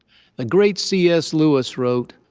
the great cs lewis wrote,